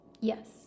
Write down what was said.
Yes